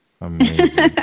Amazing